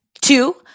Two